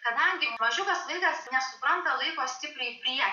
kadangi mažiukas vaikas nesupranta laiko stipriai prie